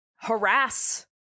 harass